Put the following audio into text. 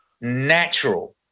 natural